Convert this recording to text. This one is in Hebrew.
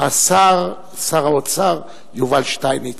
עליה שר האוצר יובל שטייניץ.